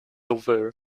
over